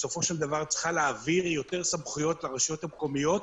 בסופו של דבר צריכה להעביר יותר סמכויות לרשויות המקומיות.